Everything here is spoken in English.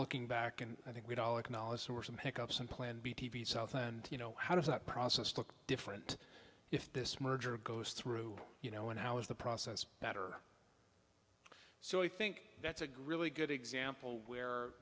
looking back and i think we'd all acknowledge source and pick up some plan b t v south and you know how does that process look different if this merger goes through you know when how is the process better so i think that's a grilli good example where